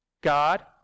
God